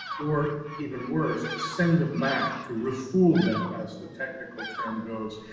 or even worse, to send them back to refool them, as the technical term goes,